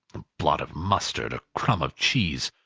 a blot of mustard, a crumb of cheese,